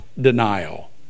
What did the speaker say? denial